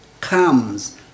comes